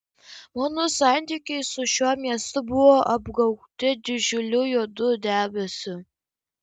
mano santykiai su šiuo miestu buvo apgaubti didžiuliu juodu debesiu